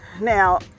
now